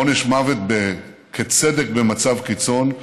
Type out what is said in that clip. עונש מוות כצדק במצב קיצון,